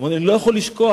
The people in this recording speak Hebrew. אני לא יכול לשכוח.